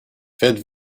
faites